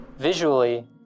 Visually